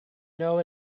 know